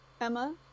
Emma